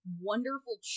wonderful